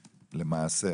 למעשה,